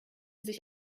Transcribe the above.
sich